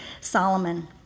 Solomon